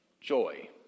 joy